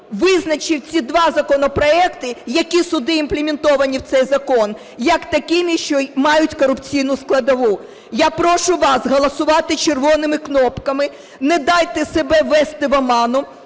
визначив ці два законопроекти, які сюди імплементовані в цей закон, як такими, що мають корупційну складову. Я прошу вас голосувати червоними кнопками. Не дайте себе ввести в оману.